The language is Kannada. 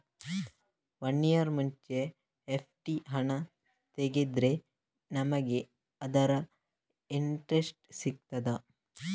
ವನ್ನಿಯರ್ ಮುಂಚೆ ಎಫ್.ಡಿ ಹಣ ತೆಗೆದ್ರೆ ನಮಗೆ ಅದರ ಇಂಟ್ರೆಸ್ಟ್ ಸಿಗ್ತದ?